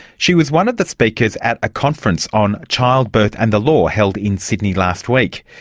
she was one of the speakers at a conference on childbirth and the law held in sydney last week.